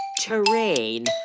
terrain